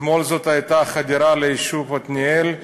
אתמול זאת הייתה חדירה ליישוב עתניאל,